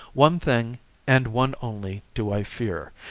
one thing and one only do i fear,